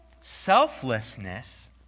Selflessness